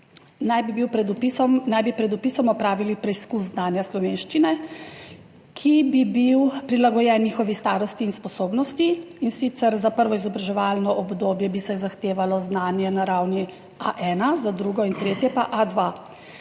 pred vpisom opravili preizkus znanja slovenščine, ki bi bil prilagojen njihovi starosti in sposobnosti, in sicer za prvo izobraževalno obdobje bi se zahtevalo znanje na ravni A1, za drugo in tretje pa A2.